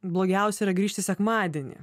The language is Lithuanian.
blogiausia yra grįžti sekmadienį